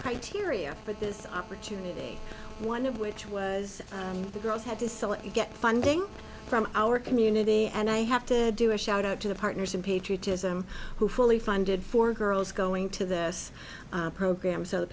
criteria for this opportunity one of which was the girls had to sell it and get funding from our community and i have to do a shout out to the partners in patriotism who fully funded for girls going to this program so the